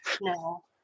no